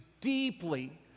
deeply